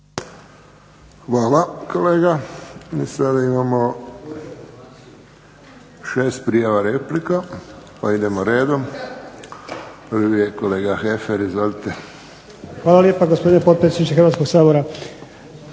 Hvala kolega. I sada imamo 6 prijava replika. Pa idemo redom. Prvi je kolega Heffer, izvolite. **Heffer, Goran (SDP)** Hvala lijepa gospodine potpredsjedniče Hrvatskog sabora.